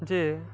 ଯେ